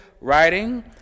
writing